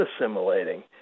assimilating